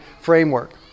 framework